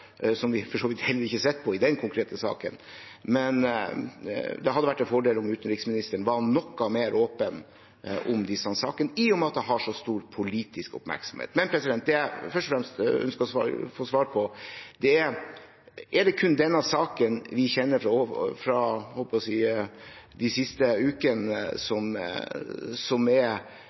på i den konkrete saken. Men det hadde vært en fordel om utenriksministeren var noe mer åpen om disse sakene, i og med at de får så stor politisk oppmerksomhet. Det jeg først og fremst ønsker å få svar på, er: Er det kun denne saken, som vi kjenner fra de siste ukene, som er relevant, eller er det også andre saker, som ikke har blitt omtalt i media, som